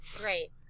Great